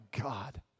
God